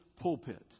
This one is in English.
pulpit